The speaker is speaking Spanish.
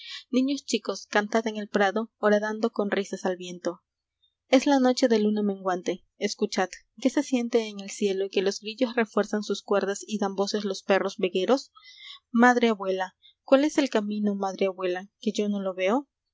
niños chicos cantad en el prado horadando con risas al viento es la noche de luna menguante j escuchad qué se siente en el cielo que los grillos refuerzan sus cuerdas y dan voces los perros vegueros madre abuela cuál es el camino madre abuela que yo no lo veo